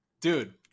Dude